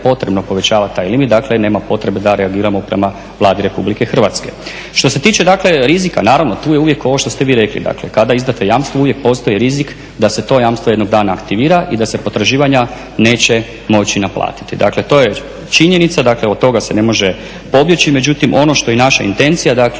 potrebno povećavati taj limit, dakle nema potrebe da reagiramo prema Vladi RH. Što se tiče rizika, naravno tu je uvijek ovo što ste vi rekli kada izdate jamstvo uvijek postoji rizik da se to jamstvo jednog dana aktivira i da se potraživanja neće moći naplatiti, dakle to je činjenica i od toga se ne može pomoći. Međutim ono što je naša intencija jednom